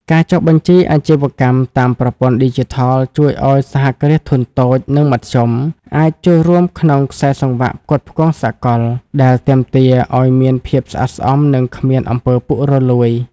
ការចុះបញ្ជីអាជីវកម្មតាមប្រព័ន្ធឌីជីថល ជួយឱ្យ សហគ្រាសធុនតូច និងមធ្យម អាចចូលរួមក្នុងខ្សែសង្វាក់ផ្គត់ផ្គង់សកល ដែលទាមទារឱ្យមានភាពស្អាតស្អំ និងគ្មាន អំពើពុករលួយ។